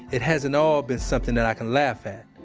it hasn't all been something that i can laugh at.